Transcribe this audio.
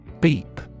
Beep